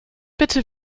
bitte